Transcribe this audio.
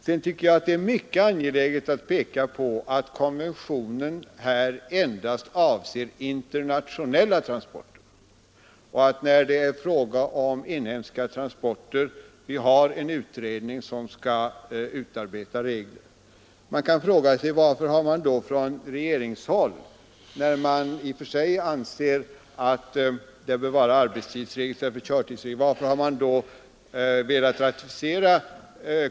Det är mycket angeläget att peka på att konventionen endast avser internationella transporter. När det är fråga om transporter inom landet har vi en utredning som skall utarbeta regler. Man kan fråga sig varför regeringen vill ratificera konventionen, när den i och för sig anser att det bör vara arbetstidsregler i stället för körtidsregler.